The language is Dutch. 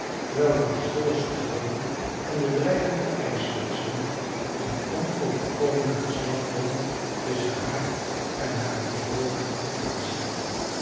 terwijl de gezwollen stroom en de drijvende ijsschotsen een onoverkomelijken slagboom tusschen haar en haren vervolger plaatsten